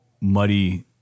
muddy